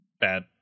bad